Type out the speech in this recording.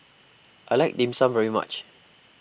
I like Dim Sum very much